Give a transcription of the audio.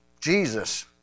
Jesus